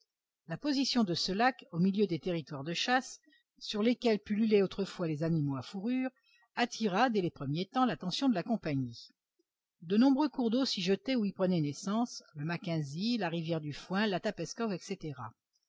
la position de ce lac au milieu des territoires de chasse sur lesquels pullulaient autrefois les animaux à fourrures attira dès les premiers temps l'attention de la compagnie de nombreux cours d'eau s'y jetaient ou y prenaient naissance le mackenzie la rivière du foin l'atapeskow etc